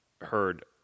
heard